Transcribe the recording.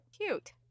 Cute